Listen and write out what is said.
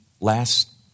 last